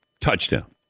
touchdown